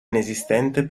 inesistente